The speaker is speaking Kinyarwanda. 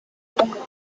kumfata